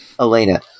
Elena